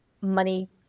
money